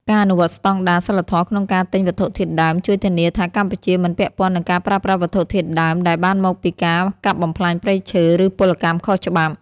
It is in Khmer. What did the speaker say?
ការអនុវត្តស្ដង់ដារសីលធម៌ក្នុងការទិញវត្ថុធាតុដើម ជួយធានាថាកម្ពុជាមិនពាក់ព័ន្ធនឹងការប្រើប្រាស់វត្ថុធាតុដើមដែលបានមកពីការកាប់បំផ្លាញព្រៃឈើ ឬពលកម្មខុសច្បាប់។